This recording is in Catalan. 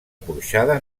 porxada